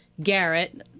Garrett